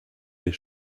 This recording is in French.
des